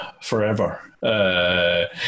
forever